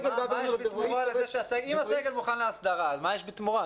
אם הסגל מוכן להסדרה, מה יש בתמורה?